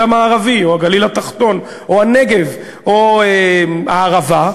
המערבי או הגליל התחתון או הנגב או הערבה,